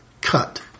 Cut